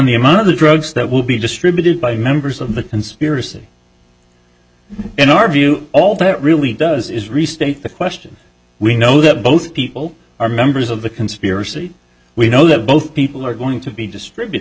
the amount of the drugs that will be distributed by members of the conspiracy in our view all that really does is restate the question we know that both people are members of the conspiracy we know that both people are going to be distribute